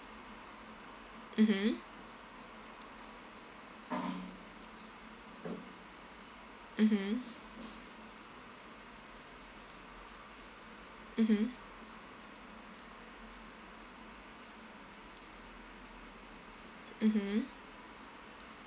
mmhmm mmhmm mmhmm mmhmm